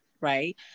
right